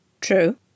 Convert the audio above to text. True